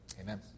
Amen